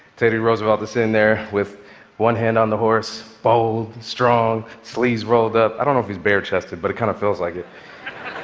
teddy roosevelt is sitting there with one hand on the horse, bold, strong, sleeves rolled up. i don't know if he's bare-chested, but it kind of feels like it.